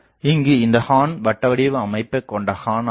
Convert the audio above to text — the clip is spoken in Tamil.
இங்கு இந்த ஹார்ன் வட்டவடிவ அமைப்புக் கொண்ட ஹார்ன் ஆகும்